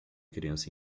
criança